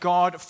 God